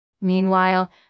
Meanwhile